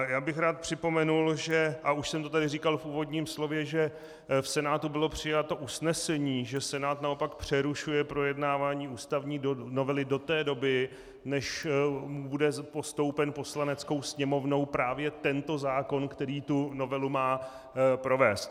Já bych rád připomenul, a už jsem to tady říkal v úvodním slově, že v Senátu bylo přijato usnesení, že Senát naopak přerušuje projednávání ústavní novely do té doby, než bude postoupen Poslaneckou sněmovnou právě tento zákon, který tu novelu má provést.